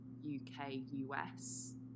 UK-US